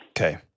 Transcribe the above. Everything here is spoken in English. okay